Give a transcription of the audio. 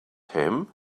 him